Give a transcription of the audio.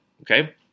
Okay